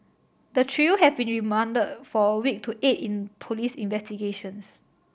the trio have been remanded for a week to aid in police investigations